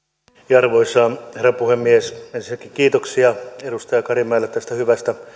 arvoisa herra puhemies ensinnäkin kiitoksia edustaja karimäelle tästä hyvästä